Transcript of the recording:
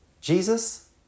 Jesus